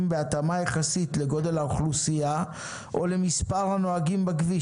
בהתאמה יחסית לגודל האוכלוסייה או למספר הנוהגים בכביש,